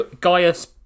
Gaius